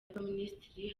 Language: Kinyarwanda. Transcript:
y’abaminisitiri